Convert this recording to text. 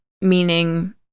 meaning